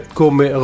come